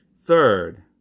third